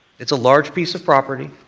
it's a large piece of property,